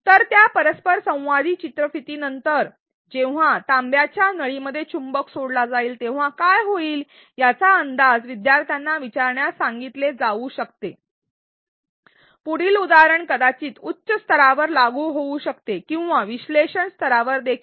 तर त्या परस्परसंवादी चित्रफिती नंतर जेव्हा तांब्याच्या नळीमध्ये चुंबक सोडला जाईल तेव्हा काय होईल याचा अंदाज विद्यार्थ्यांना विचारण्यास सांगितले जाऊ शकते आणि ते त्यांचे उत्तर टाइप करू शकतात तर त्यांच्या उत्तराची चाचणी घेण्यासाठी त्यांना वेगळा व्हिडिओ पाहण्यास सांगितले जाऊ शकते आणि अखेरीस त्यांना आणखी एक मजकूर बॉक्स दिला जाऊ शकतो ज्यामध्ये ते व्हिडिओमध्ये दिसणार्या घटनेचे स्पष्टीकरण देण्यासाठी संबंधित कायदे लागू करतात